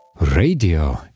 Radio